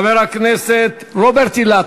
ולא מיורטת אפילו,